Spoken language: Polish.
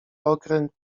okręt